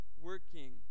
working